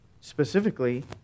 Specifically